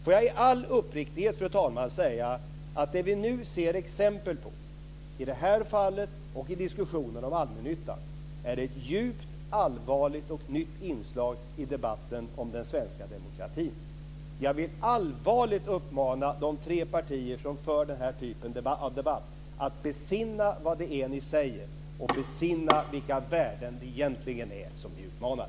Får jag i all uppriktighet, fru talman, säga att det som vi nu ser exempel på, i detta fall och i diskussioner om allmännyttan, är ett djupt allvarligt och nytt inslag i debatten om den svenska demokratin. Jag vill allvarligt uppmana de tre partier som för denna typ av debatt att besinna vad det är de säger och besinna vilka värden det egentligen är som de utmanar.